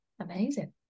amazing